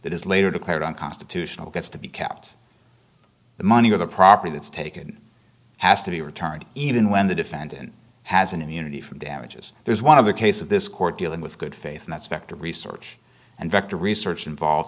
that is later declared unconstitutional gets to be capped the money or the property that's taken has to be returned even when the defendant has an immunity from damages there's one of the case of this court dealing with good faith and that specter research and vector research involved